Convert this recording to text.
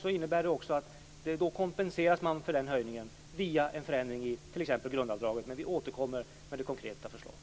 Vad det innebär är att man kompenseras för den här höjningen via en förändring t.ex. i grundavdraget. Vi återkommer senare med det konkreta förslaget.